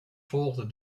volgde